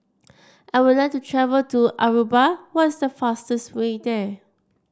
I would like to travel to Aruba what is the fastest way there